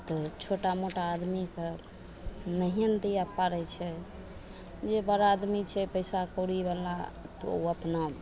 तऽ छोटा मोटा आदमीके नहिये ने दिय पड़य छै जे बड़ा आदमी छै पैसा कौड़ीवला ओ अपना